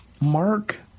Mark